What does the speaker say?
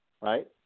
right